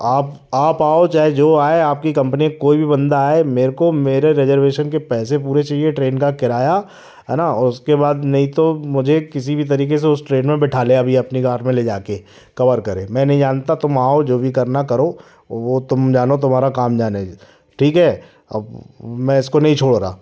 अब आप आओ चाहे जो आए आपकी कंपनी कोई भी बंदा आए मेरे को मेरे रेज़र्वेशन के पैसे पूरे चाहिए ट्रेन का किराया हैना और उसके बाद नहीं तो मुझे किसी भी तरीके उस ट्रेन में बिठा ले अभी अपनी गाट में ले जाके कवर करे मैं नहीं जानता तुम आओ जो भी करना करो वो तुम जानो तुम्हारा काम जाने ठीक है अब मैं इसको नहीं छोड़ रहा